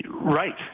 Right